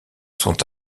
sont